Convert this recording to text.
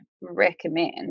recommend